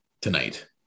tonight